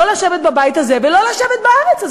לא לשבת בבית הזה ולא לשבת בארץ הזאת.